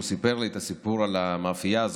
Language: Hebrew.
והוא סיפר לי את הסיפור על המאפייה הזאת,